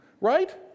Right